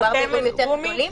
-- מדובר באירועים יותר גדולים,